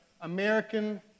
American